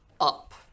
up